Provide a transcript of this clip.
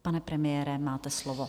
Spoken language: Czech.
Pane premiére, máte slovo.